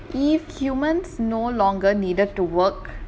if humans no longer needed to work